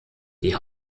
die